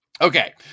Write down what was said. Okay